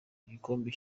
gikombe